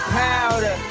powder